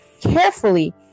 carefully